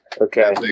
Okay